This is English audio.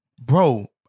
bro